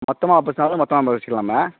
மொத்தமாக பேசுனாலும் மொத்தமாக நம்ம வச்சுக்கலாண்ணா